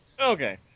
Okay